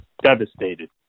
devastated